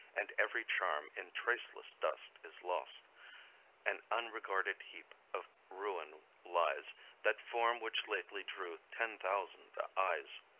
and every charm, in traceless dust is lost an unregarded heap of ruin lies that form which lately drew ten thousand eyes.